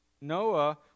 Noah